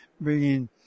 bringing